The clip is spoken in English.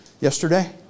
yesterday